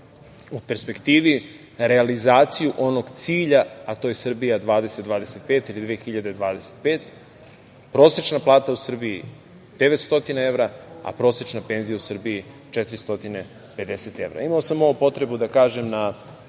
u perspektivi realizaciju onog cilja, a to je „Srbija 20-25“ ili 2025. prosečna plata u Srbiji 900 evra, a prosečna penzija u Srbija 450 evra. Imao sam potrebu da ovo kažem na